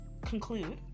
conclude